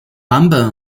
版本